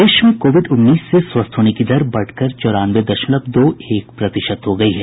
प्रदेश में कोविड उन्नीस से स्वस्थ होने की दर बढ़कर चौरानवे दशमलव दो एक प्रतिशत हो गयी है